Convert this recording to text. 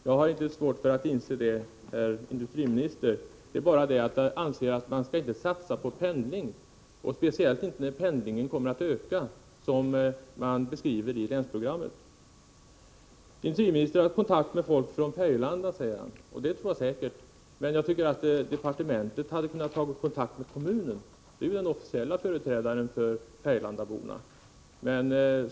Fru talman! Jag har inte svårt för att inse det sambandet, herr industriminister. Det är bara det att jag anser att man inte skall satsa på pendling — speciellt inte när man vet att denna kommer att öka, som man skriver i länsprogrammet. Industriministern säger att han har haft kontakt med folk från Färgelanda, och det tror jag säkert. Men jag tycker att departementet hade kunnat ta kontakt med representanter för Färgelanda kommun. Kommunen är ju den officiella företrädaren för färgelandaborna.